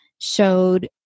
showed